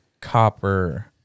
copper